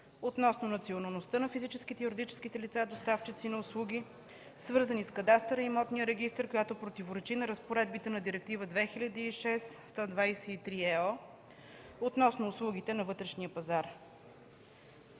относно националността на физическите и юридическите лица, доставчици на услуги свързани с кадастъра и имотния регистър, която противоречи на разпоредбите на Директива 2006/123/ЕО относно услугите на вътрешния пазар.